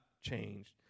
changed